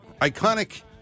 iconic